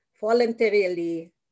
voluntarily